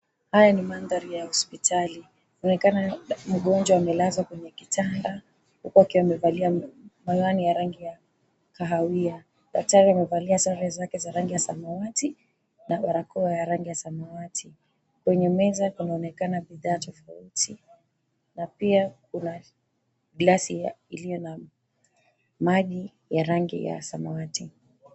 Haya ni mandhari ya hosipitali, kunaonekana mgonjwa amelazwa kwenye kitanda huku akiwa amevalia miwani ya rangi ya kahawia daktari amevalia sare zake za rangi ya samawati na barakoa ya rangi ya samawati. Kwenye meza kunaonekana bidhaa tofauti na pia kuna glasi iliyo na maji ya rangi ya samawati.